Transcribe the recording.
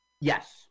Yes